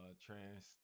trans